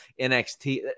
NXT